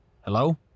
Hello